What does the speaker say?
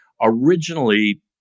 originally